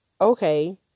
okay